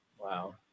wow